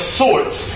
sorts